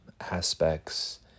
aspects